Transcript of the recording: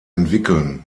entwickeln